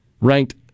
ranked